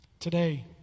Today